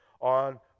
on